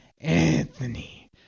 Anthony